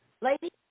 lady